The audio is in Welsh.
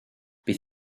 bydd